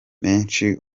menshi